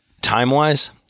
time-wise